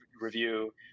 review